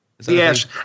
Yes